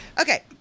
Okay